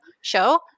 show